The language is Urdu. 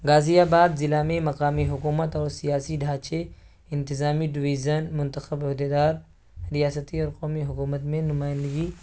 غازی آباد ضلع میں مقامی حکومت اور سیاسی ڈھانچے انتظامی ڈویزن منتخب عہدے دار ریاستی اور قومی حکومت میں نمائندگی